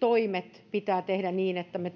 toimet pitää tehdä niin että me